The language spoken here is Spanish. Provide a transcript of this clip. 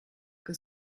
que